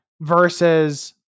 versus